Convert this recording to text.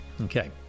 Okay